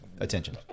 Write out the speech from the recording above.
attention